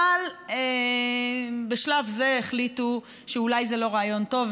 אבל בשלב זה החליטו שאולי זה לא רעיון טוב,